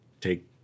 take